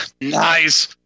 Nice